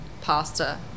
pasta